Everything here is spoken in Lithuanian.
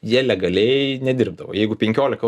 jie legaliai nedirbdavo jeigu penkiolika